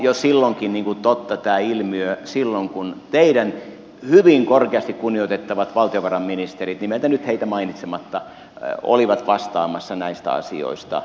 tämä ilmiö oli totta jo silloinkin kun teidän hyvin korkeasti kunnioitettavat valtiovarainministerinne nimeltä nyt heitä mainitsematta olivat vastaamassa näistä asioista